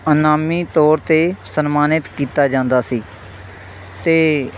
ਇਨਾਮੀ ਤੌਰ 'ਤੇ ਸਨਮਾਨਿਤ ਕੀਤਾ ਜਾਂਦਾ ਸੀ ਅਤੇ